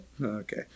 Okay